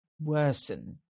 worsen